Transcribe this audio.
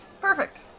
Perfect